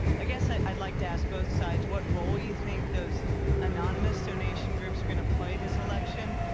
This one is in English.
i guess i'd like to ask both sides what role you think those anonymous donation groups are going to play this election,